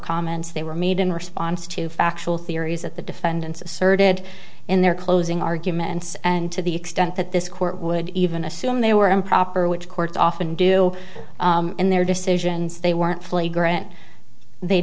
comments they were made in response to factual theories that the defendants asserted in their closing arguments and to the extent that this court would even assume they were improper which courts often do in their decisions they weren't